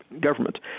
government